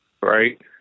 Right